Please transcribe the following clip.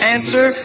Answer